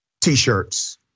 t-shirts